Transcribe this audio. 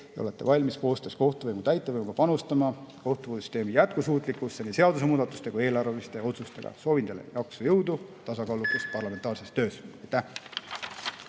ja olete valmis koostöös kohtuvõimu ja täitevvõimuga panustama kohtusüsteemi jätkusuutlikkusse nii seadusemuudatuste kui ka eelarveliste otsustega. Soovin teile jaksu ja jõudu ja tasakaalukust parlamentaarses töös.